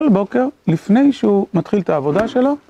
כל בוקר, לפני שהוא מתחיל את העבודה שלו